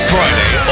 Friday